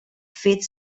fet